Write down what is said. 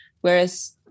Whereas